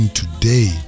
today